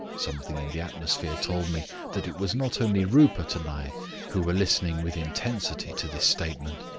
something in the atmosphere told me that it was not only rupert and i who were listening with intensity to this statement.